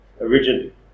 originally